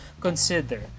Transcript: consider